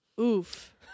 Oof